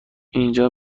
اینجا